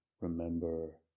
remember